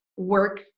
work